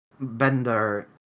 bender